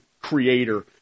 creator